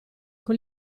con